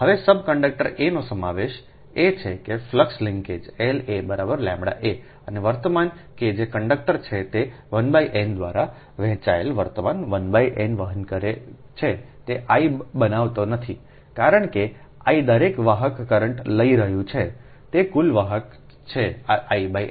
હવે sub conductor a નો સમાવેશ એ છે કે flux linkages L a ʎ a અને વર્તમાન કે જે કંડક્ટર છે તે I n દ્વારા વહેંચાયેલ વર્તમાન I n વહન કરે છે તે I બનાવતો નથી કારણ કે I દરેક વાહક કરંટ લઈ રહ્યો છું તે કુલ વાહક છે In